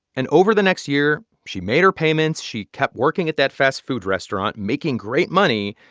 and over the next year, she made her payments, she kept working at that fast-food restaurant, making great money.